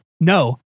no